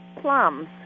plums